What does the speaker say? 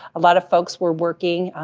a lot of folks were working,